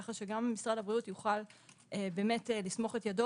כך שגם משרד הבריאות יוכל לסמוך את ידו